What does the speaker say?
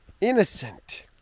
innocent